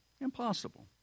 Impossible